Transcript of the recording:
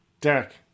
Derek